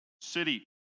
city